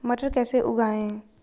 मटर कैसे उगाएं?